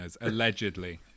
Allegedly